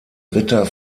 ritter